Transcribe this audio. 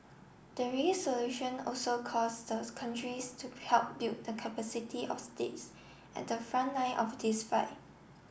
the solution also calls those countries to help build the capacity of states at the front line of this fight